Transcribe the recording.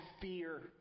fear